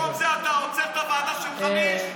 במקום זה אתה רוצה את הוועדה של חריש,